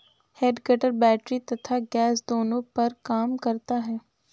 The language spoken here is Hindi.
हेड कटर बैटरी तथा गैस दोनों पर काम करता है